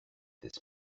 this